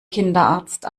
kinderarzt